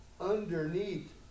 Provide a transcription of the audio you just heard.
underneath